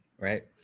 right